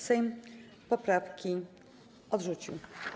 Sejm poprawki odrzucił.